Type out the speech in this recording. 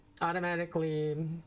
automatically